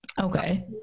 okay